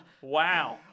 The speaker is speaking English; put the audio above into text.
Wow